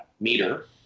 meter